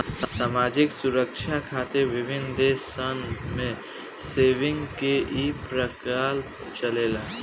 सामाजिक सुरक्षा खातिर विभिन्न देश सन में सेविंग्स के ई प्रकल्प चलेला